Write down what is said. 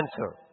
answer